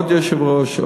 עוד יושב-ראש,